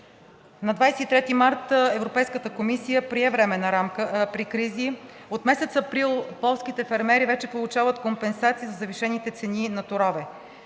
На 23 март Европейската комисия прие Временна рамка при кризи. От месец април полските фермери вече получават компенсации за завишените цени на торове,